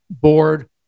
Board